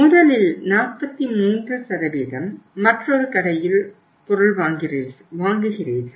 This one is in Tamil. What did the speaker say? முதலில் 43 மற்றொரு கடையில் பொருள் வாங்குகிறாரகள்